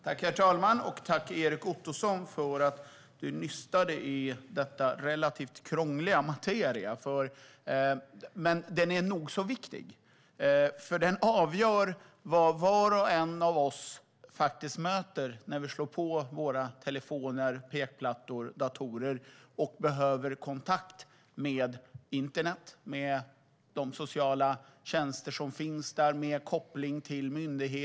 Herr talman! Tack, Erik Ottoson, för att du nystade i denna relativt krångliga materia! Den är nog så viktig, för den avgör vad var och en av oss möter när vi slår på våra telefoner, pekplattor och datorer och behöver kontakt med internet och med de sociala tjänster som finns där. Det handlar om koppling till myndigheter.